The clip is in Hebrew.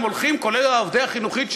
כולל עובדי החינוכית,